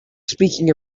speaking